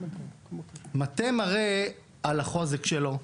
מטה מראה על החוזק שלו,